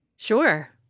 Sure